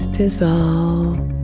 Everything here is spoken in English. dissolve